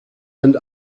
and